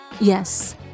Yes